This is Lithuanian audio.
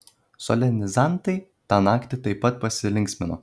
solenizantai tą naktį taip pat pasilinksmino